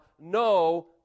no